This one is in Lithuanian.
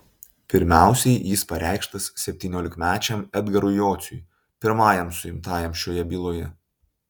pirmiausiai jis pareikštas septyniolikmečiam edgarui jociui pirmajam suimtajam šioje byloje